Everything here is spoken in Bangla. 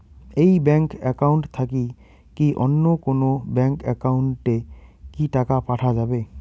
এই ব্যাংক একাউন্ট থাকি কি অন্য কোনো ব্যাংক একাউন্ট এ কি টাকা পাঠা যাবে?